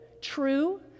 true